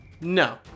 No